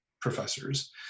professors